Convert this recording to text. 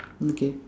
okay